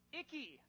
icky